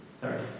sorry